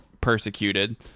persecuted